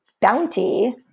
bounty